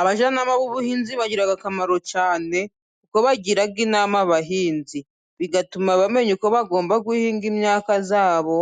Abajyananama b'ubuhinzi bagira akamaro cyane kuko bagira inama abahinzi, bigatuma bamenya ko bagomba guhinga imyaka yabo